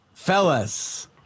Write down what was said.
Fellas